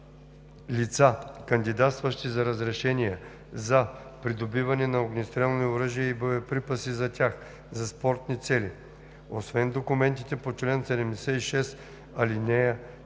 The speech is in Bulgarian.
лица, кандидатстващи за разрешение за придобиване на огнестрелни оръжия и боеприпаси за тях за спортни цели, освен документите по чл. 76, ал.